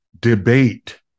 debate